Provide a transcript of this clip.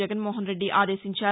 జగన్మోహన్రెడ్డి ఆదేశించారు